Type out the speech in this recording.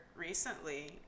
Recently